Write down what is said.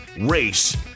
race